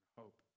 hope